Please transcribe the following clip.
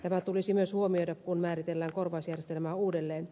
tämä tulisi myös huomioida kun määritellään korvausjärjestelmää uudelleen